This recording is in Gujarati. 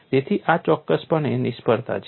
તેથી આ ચોક્કસપણે નિષ્ફળતા છે